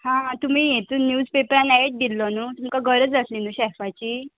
हां तुमी हेतून न्यूज पेपरान एड दिल्लो न्हू तुमकां गरज आसली न्हू शॅफाची